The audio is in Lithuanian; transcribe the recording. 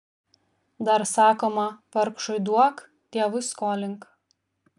dar sakoma vargšui duok dievui skolink